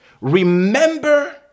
Remember